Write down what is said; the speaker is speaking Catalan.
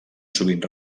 sovint